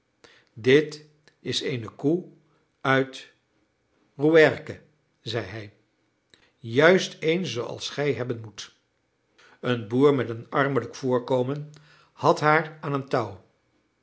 dit is eene koe uit rouergue zeide hij juist eene zooals gij hebben moet een boer met een armelijk voorkomen had haar aan een touw